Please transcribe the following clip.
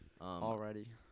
Already